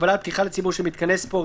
הגבלה על פתיחה לציבור של מיתקני ספורט,